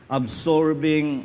absorbing